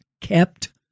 kept